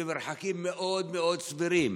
במרחקים מאוד מאוד סבירים,